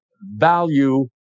value